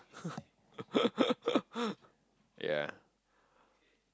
yeah